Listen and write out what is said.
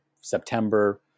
September